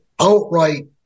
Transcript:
outright